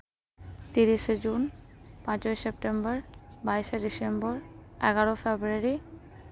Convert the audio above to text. ᱛᱤᱨᱤᱥᱮ ᱡᱩᱱ ᱯᱟᱸᱪᱚᱭ ᱥᱮᱯᱴᱮᱢᱵᱚᱨ ᱵᱟᱭᱤᱥᱟ ᱰᱤᱥᱮᱢᱵᱚᱨ ᱮᱜᱟᱨᱚ ᱯᱷᱮᱵᱨᱩᱣᱟᱨᱤ